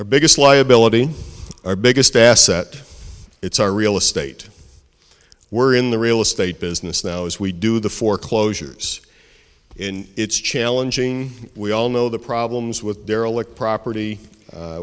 our biggest liability our biggest asset it's our real estate we're in the real estate business now as we do the foreclosures in it's challenging we all know the problems with derelict property